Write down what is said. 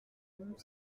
même